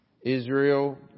Israel